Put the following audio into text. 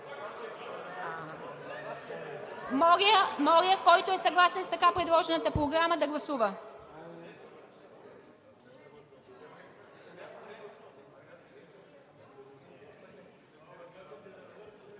Моля, който е съгласен с така предложената Програма, да гласува.